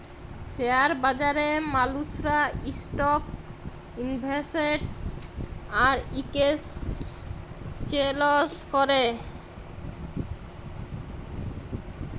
share বাজারে মালুসরা stock invest আর একেসচেলজ ক্যরে